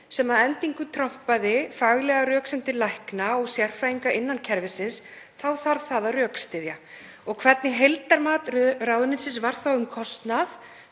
sem að endingu trompaði faglegar röksemdir lækna og sérfræðinga innan kerfisins þarf að rökstyðja það og hvernig heildarmat ráðuneytisins var þá um kostnað,